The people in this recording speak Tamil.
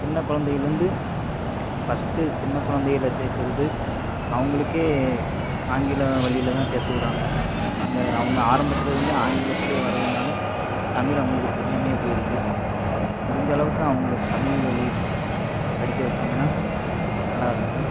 சின்ன குழந்தைங்கள்லருந்து ஃபஸ்ட்டு சின்ன குழந்தைல சேக்கிறது அவங்களுக்கே ஆங்கில வழியில் தான் சேர்த்து விட்றாங்க அங்கே அவங்க ஆரம்பத்துலேருந்தே ஆங்கிலத்துலேயே வர்றதுனால தமிழ் அவங்களுக்கு தெரியாமலேயே போய்டுது முடிஞ்சளவுக்கு அவங்கள தமிழ் வழி படிக்க வெச்சாங்கன்னா நல்லாயிருக்கும்